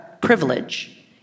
privilege